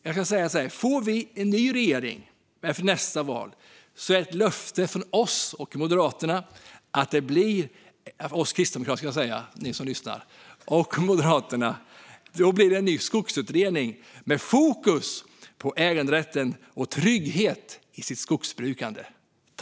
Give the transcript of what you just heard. Jag kan säga så här: Får vi en ny regering efter nästa val är det ett löfte från oss och Moderaterna - oss kristdemokrater, ska jag säga till er som lyssnar - att det blir en ny skogsutredning med fokus på äganderätten och trygghet i skogsbrukandet.